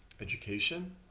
education